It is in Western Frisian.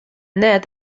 net